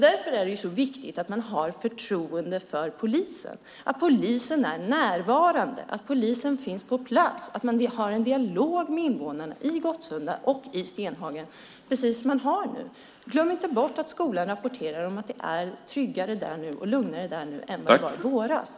Därför är det så viktigt att man har förtroende för polisen, att polisen är närvarande och att polisen finns på plats och har en dialog med invånarna i Gottsunda och i Stenhagen precis som man har nu. Glöm inte bort att skolan rapporterar om att det är tryggare och lugnare där nu än vad det var i våras.